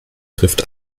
trifft